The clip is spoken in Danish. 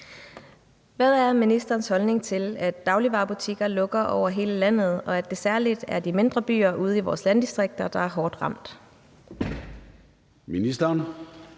Hvad er ministerens holdning til, at dagligvarebutikker lukker over hele landet, og at det særlig er de mindre byer ude i vores landdistrikter, der er hårdt ramt?